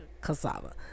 cassava